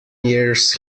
years